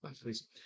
please